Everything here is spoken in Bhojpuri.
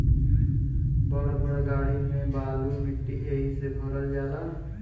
बड़ बड़ गाड़ी में बालू गिट्टी एहि से भरल जाला